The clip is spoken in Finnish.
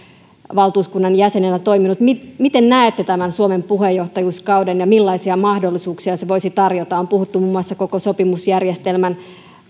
valtuuskunnan jäsenenä toiminut miten näette tämän suomen puheenjohtajuuskauden ja millaisia mahdollisuuksia se voisi tarjota on puhuttu muun muassa koko sopimusjärjestelmän